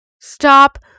Stop